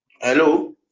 hello